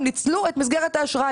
הם ניצלו את מסגרת האשראי.